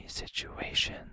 situation